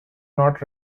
not